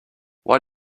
why